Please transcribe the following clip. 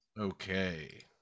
Okay